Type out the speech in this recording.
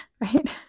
Right